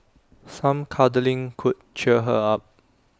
some cuddling could cheer her up